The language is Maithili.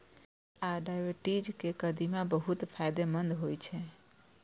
कब्ज आ डायबिटीज मे कदीमा बहुत फायदेमंद होइ छै